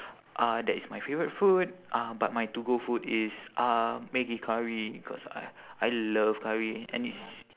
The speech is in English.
uh that is my favourite food uh but my to go food is uh maggi curry cause I I love curry and it's